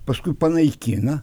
paskui panaikina